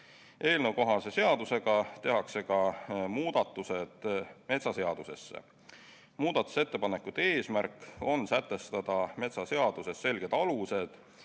Eelnõukohase seadusega tehakse ka muudatused metsaseadusesse. Muudatusettepanekute eesmärk on sätestada metsaseaduses selged alused,